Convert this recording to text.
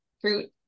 fruit